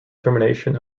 termination